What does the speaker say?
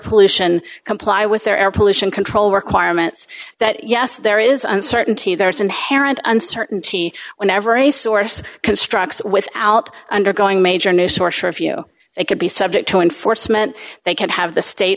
pollution comply with their air pollution control requirements that yes there is uncertainty there is inherent uncertainty when every source constructs without undergoing major new source review it could be subject to enforcement they can have the state